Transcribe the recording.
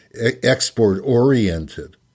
export-oriented